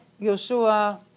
Yeshua